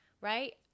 right